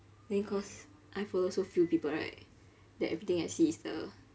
maybe cause I follow so few people right that everything I see is the